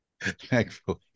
thankfully